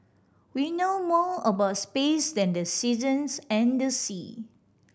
we know more about space than the seasons and the sea